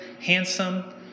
handsome